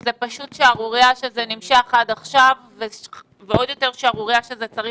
שזאת פשוט שערורייה שזה נמשך עד עכשיו ועוד יותר שערורייה שזה צריך